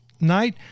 night